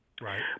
right